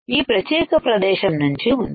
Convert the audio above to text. ఈ ప్రత్యేక ప్రదేశం నుంచి ఉంది